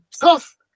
tough